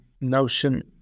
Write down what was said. notion